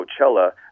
Coachella